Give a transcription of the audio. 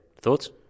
Thoughts